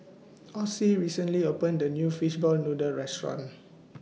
Osie recently opened A New Fishball Noodle Restaurant